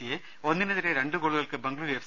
സിയെ ഒന്നിനെതിരെ രണ്ട് ഗോളുകൾക്ക് ബംഗളുരൂ എഫ്